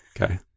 Okay